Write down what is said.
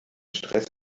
stress